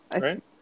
right